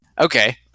Okay